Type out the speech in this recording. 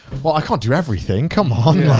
well, i can't do everything. come on,